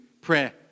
prayer